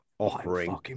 offering